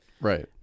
Right